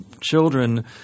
children